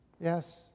Yes